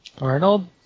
Arnold